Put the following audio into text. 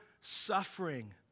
suffering